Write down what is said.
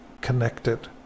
connected